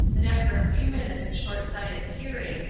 and after a few minutes' short-sighted peering,